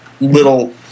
little